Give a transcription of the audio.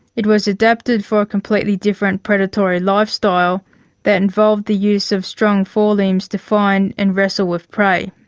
it was adapted for a completely different predatory lifestyle that involved the use of strong forelimbs to find and wrestle with prey.